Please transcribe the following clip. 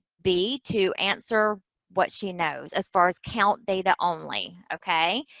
b to answer what she knows as far as count data only. okay?